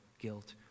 guilt